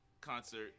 concert